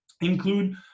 include